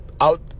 Out